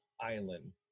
Island